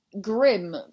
grim